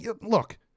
Look